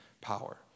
power